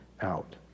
out